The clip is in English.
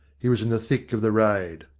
he was in the thick of the raid.